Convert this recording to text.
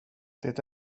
det